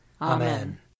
Amen